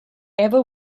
ava